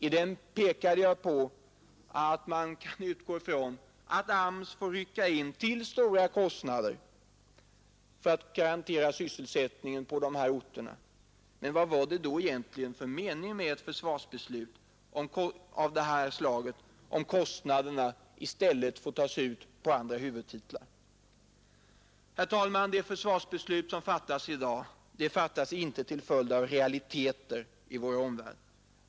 I den pekade jag på att man kan utgå ifrån att AMS får rycka in till stora kostnader för att garantera sysselsättningen på de här orterna — men vad var det då egentligen för mening med ett försvarsbeslut av det här slaget, om kostnaderna i stället får tas ut på andra huvudtitlar? Herr talman! Det försvarsbeslut som fattas i dag, det fattas inte till följd av realiteter i vår omvärld.